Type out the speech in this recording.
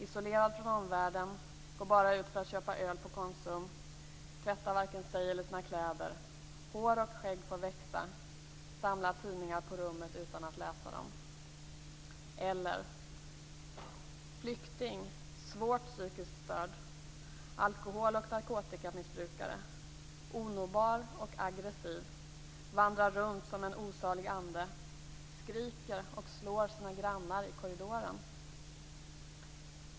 Isolerad från omvärlden, går bara ut för att köpa öl på Konsum. Tvättar varken sig eller sina kläder. Hår och skägg får växa. Samlar tidningar på rummet utan att läsa dem. Ett annat exempel: Flykting, svårt psykiskt störd. Alkohol och narkotikamissbrukare. Onåbar och aggressiv. Vandrar runt som en osalig ande. Skriker och slår sina grannar i korridoren.